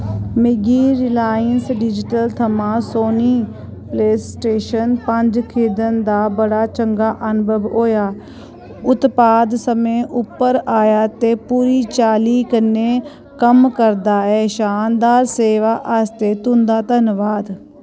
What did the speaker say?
मिगी Reliance digital थमां Sony PlayStation पंज खरीदन दा बड़ा चंगा अनुभव होया उत्पाद समें उप्पर आया ते पूरी चाल्ली कन्नै कम्म करदा ऐ शानदार सेवा आस्तै तुं'दा धन्नबाद